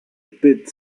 bit